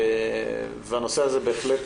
הנושא הזה בהחלט